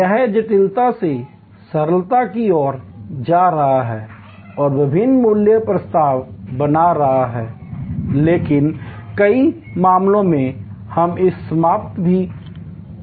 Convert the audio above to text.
यह जटिलता से सरलता की ओर जा रहा है और विभिन्न मूल्य प्रस्ताव बना रहा है लेकिन कई मामलों में हम इसे समाप्त भी कर सकते हैं